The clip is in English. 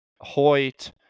Hoyt